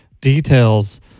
details